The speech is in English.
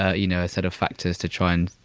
ah you know, a set of factors to try and.